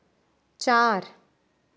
चार